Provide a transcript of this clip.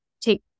take